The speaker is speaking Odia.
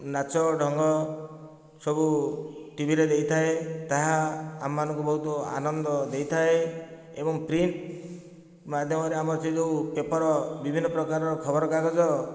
ନାଚ ଢଙ୍ଗ ସବୁ ଟିଭିରେ ଦେଇଥାଏ ତାହା ଆମମାନଙ୍କୁ ବହୁତୁ ଆନନ୍ଦ ଦେଇଥାଏ ଏବଂ ପ୍ରିଣ୍ଟ ମାଧ୍ୟମରେ ଆମର ସେ ଯେଉଁ ପେପର ବିଭିନ୍ନ ପ୍ରକାରର ଖବର କାଗଜ